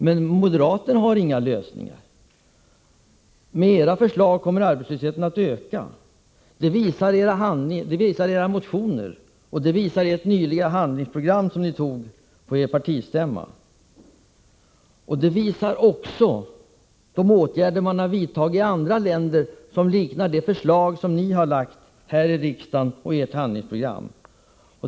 Men moderaterna har inga lösningar. Med era förslag kommer arbetslösheten att öka. Detta visar era motioner och det visar det handlingsprogram som ni antog på er partistämma nyligen. Det visas också av de åtgärder som vidtagits i andra länder, förslag som liknar de förslag som ni har framlagt här i riksdagen och som finns i ert handlingsprogram.